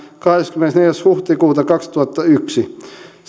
kahdeskymmenesneljäs huhtikuuta kaksituhattayksi